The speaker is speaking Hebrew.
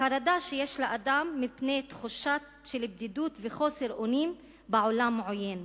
חרדה שיש לאדם מפני תחושה של בדידות וחוסר אונים בעולם עוין.